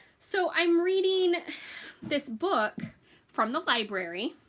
so i'm reading this book from the library